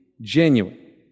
genuine